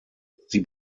sie